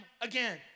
again